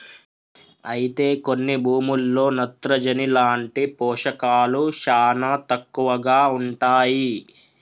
అయితే కొన్ని భూముల్లో నత్రజని లాంటి పోషకాలు శానా తక్కువగా ఉంటాయి